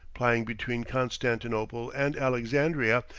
plying between constaninople and alexandria,